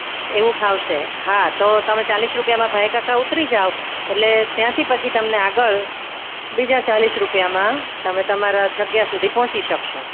એવું ફાવશે હા તો તમે ચાલીસ રૂપિયામાં ભાઈકાકા ઉતરી જાવ જાવ એટલે ત્યાંથી પછી તમને આગળ બીજા ચાલીસ રૂપિયામાં તમે તમારા જગ્યા સુધી પહોંચી શકશો